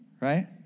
right